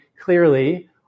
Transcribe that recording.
clearly